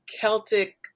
Celtic